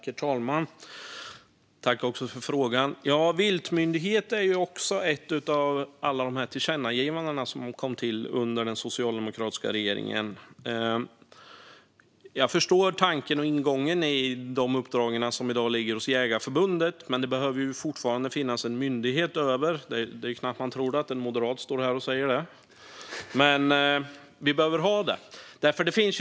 Herr talman! Jag tackar för frågan. Frågan om en viltmyndighet kom också upp i ett av alla tillkännagivanden som kom till under den socialdemokratiska regeringens tid. Jag förstår tanken och ingången när det gäller de uppdrag som i dag ligger hos Svenska Jägareförbundet. Men det behöver fortfarande finnas en myndighet - det är knappt att man kan tro att det är en moderat som står här och säger det, men det behöver vi ha.